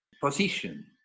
position